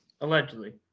Allegedly